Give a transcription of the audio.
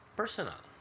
personal